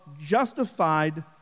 justified